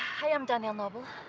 i am danielle noble.